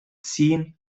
ziehen